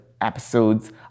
episodes